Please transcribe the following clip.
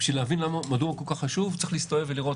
בשביל להבין מדוע הוא כל כך חשוב צריך להסתובב ולראות